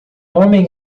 homem